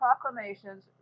proclamations